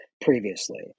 previously